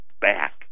back